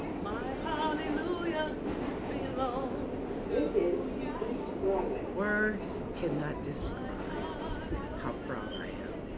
my hallelujah belongs to you words cannot describe how proud i am.